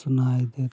सुनाई देती हैं